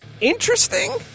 interesting